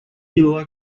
vila